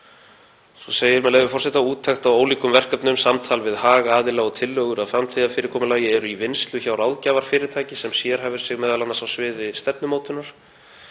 Svo segir, með leyfi forseta: „Úttekt á ólíkum verkefnum, samtal við hagaðila og tillögur að framtíðarfyrirkomulagi eru í vinnslu hjá ráðgjafarfyrirtæki sem sérhæfir sig m.a. á sviði stefnumótunar.